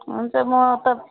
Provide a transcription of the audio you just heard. हुन्छ म त